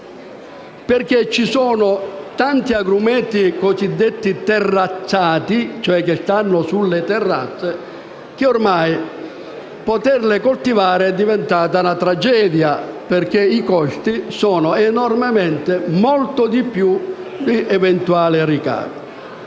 perché ci sono tanti agrumeti cosiddetti terrazzati, che stanno cioè sulle terrazze, che poter coltivare è ormai diventata una tragedia, perché i costi sono enormemente maggiori degli eventuali ricavi.